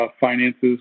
Finances